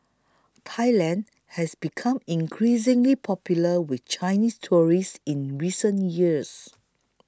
Thailand has become increasingly popular with Chinese tourists in recent years